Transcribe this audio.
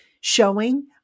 showing